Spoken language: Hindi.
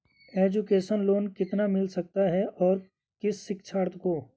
एजुकेशन लोन कितना मिल सकता है और किस शिक्षार्थी को?